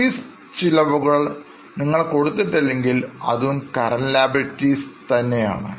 office ചിലവുകൾ നിങ്ങൾ കൊടുത്തിട്ടില്ലെങ്കിൽ അതും Current Liabilities തന്നെയാണ്